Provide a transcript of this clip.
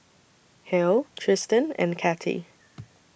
Hale Tristen and Cathie